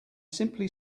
simply